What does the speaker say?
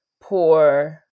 poor